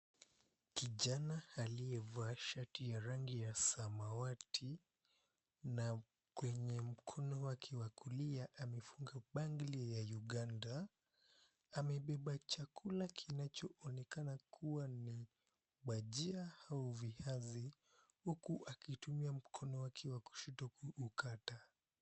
Kijana aliyevaa shati ya rangi ya samawati na kwenye mkono wake wa kulia amefunga bangli ya Uganda, amebeba chakula kinacho onekana kuwa ni bajia au viazi huku akitumia mkono wake wa kushoto kuikata.